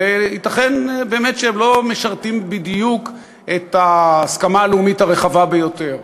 וייתכן באמת שהם לא משרתים בדיוק את ההסכמה הלאומית הרחבה ביותר.